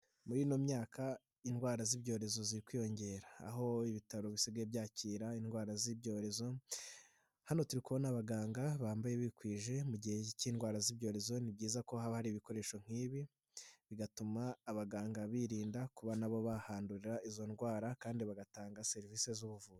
Muri ino myaka indwara z'ibyorezo ziri kwiyongera. Aho ibitaro bisigaye byakira indwara z'ibyorezo, hano turi kubona n'abaganga bambaye bikwije mu gihe cy'indwara z'ibyorezo, ni byiza ko haba hari ibikoresho nk'ibi bigatuma abaganga birinda kuba nabo bahandurira izo ndwara, kandi bagatanga serivisi z'ubuvuzi.